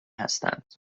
هستند